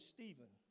Stephen